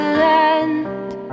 land